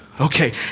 Okay